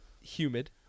humid